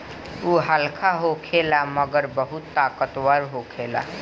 उ हल्का होखेला मगर बहुत ताकतवर होखेला